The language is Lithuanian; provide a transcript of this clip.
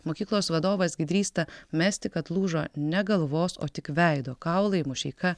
mokyklos vadovas gi drįsta mesti kad lūžo ne galvos o tik veido kaulai mušeika